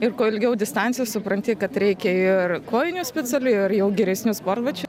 ir kuo ilgiau distancija supranti kad reikia ir kojinių specialių ir jau geresnių sportbačių